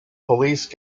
police